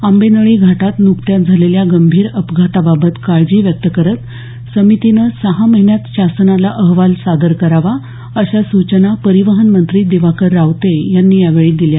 आंबेनळी घाटात नुकत्याच झालेल्या गंभीर अपघाता बाबत काळजी व्यक्त करत समितीनं सहा महिन्यात शासनाला अहवाल सादर करावा अशा सूचना परिवहन मंत्री दिवाकर रावते यांनी यावेळी दिल्या